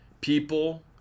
people